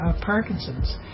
Parkinson's